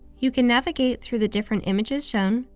you can navigate through the different images shown,